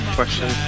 Question